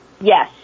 Yes